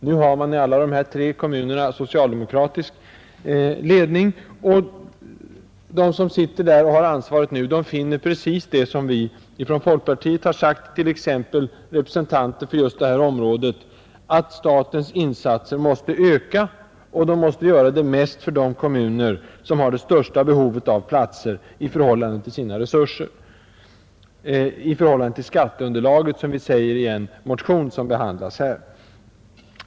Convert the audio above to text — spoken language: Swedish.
Nu är det socialdemokratisk ledning i dessa tre kommuner, och de som nu har ansvaret finner precis det som vi från folkpartiet har funnit, nämligen att statens insatser måste öka, och mest för de kommuner som har det största behovet av platser i förhållande till sina resurser — i förhållande till skatteunderlaget, som vi säger i en motion som behandlas här.